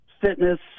fitness